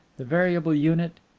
the variable unit,